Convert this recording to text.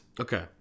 Okay